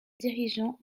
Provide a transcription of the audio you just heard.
dirigeant